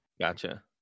gotcha